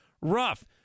rough